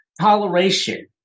Toleration